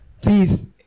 please